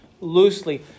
loosely